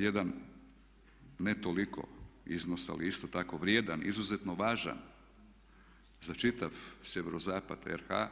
Jedan ne toliko iznos, ali isto tako vrijedan, izuzetno važan za čitav sjeverozapad RH